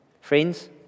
Friends